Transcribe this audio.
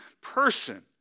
person